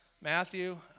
Matthew